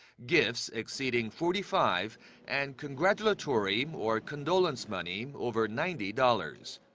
gifts exceeding forty five and congratulatory or condolence money over ninety dollars.